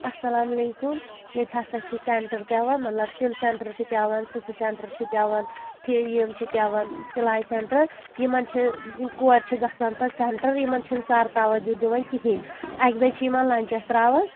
اَسَلامُ علیکُم ییٚتہِ ہسا چھِ سؠنٹَر پؠوَان مطلب تِلہٕ سؠنٹَر چھِ پؠوان سٕژٕ سینٛٹر چھِ پؠوَان پھیٖم چھِ پؠوَان سِلایہِ سیٚنٹَر یِمَن چھِ یِم کورِ چھِ گژھان پَتہٕ سیٚنٹَر یِمَن چھِنہٕ سر توجوٗ دِوان کِہیٖنۍ اَکہِ بَجہِ چھِ یِمَن لَنچَس ترٛاوَان